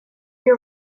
des